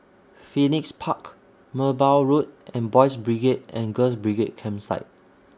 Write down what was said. Phoenix Park Merbau Road and Boys' Brigade and Girls' Brigade Campsite